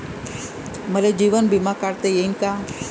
मले जीवन बिमा काढता येईन का?